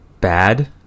bad